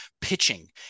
pitching